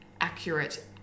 accurate